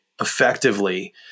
effectively